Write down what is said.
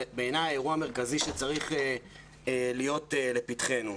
בעיניי זה אירוע מרכזי שצריך להיות לפתחנו.